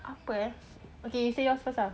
apa eh okay you say yours first ah